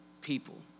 people